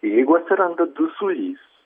jeigu atsiranda dusulys